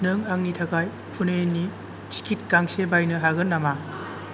नों आंनि थाखाय पुनेनि टिकेट गांसे बायनो हागोन नामा